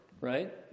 right